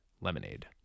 lemonade